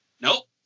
nope